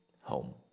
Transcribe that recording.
Home